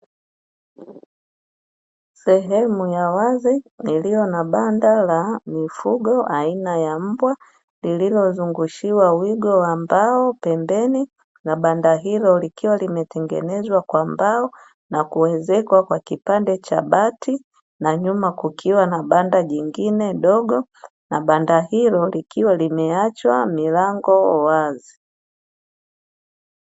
Sehemu ya wazi iliyo na banda la mifugo aina ya mbwa, lililo zungushiwa wigo wa mbao pembeni, na banda hilo likiwa limetengenezwa kwa mbao na kuezekwa kwa kipande cha bati, na nyuma kukiwa na banda jingine dogo, na banda hilo likiwa limeachwa milango wazi.